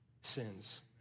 sins